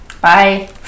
Bye